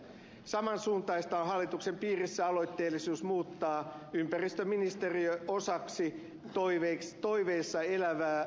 saman suuntaista on hallituksen piirissä aloitteellisuus muuttaa ympäristöministeriö osaksi toiveissa elävää luonnonvarainministeriötä